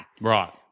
right